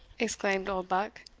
exclaimed oldbuck.